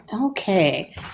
Okay